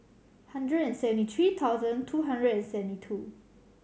one hundred and seventy three thousand two hundred and seventy two